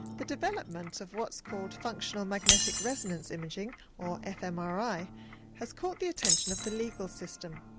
the development of what's called functional magnetic resonance imaging or fmri has caught the attention of the legal system.